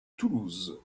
toulouse